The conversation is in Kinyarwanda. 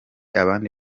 abandi